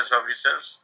officers